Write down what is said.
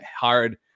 hard